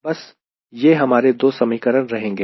बस यह हमारे 2 समीकरण रहेंगे